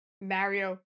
Mario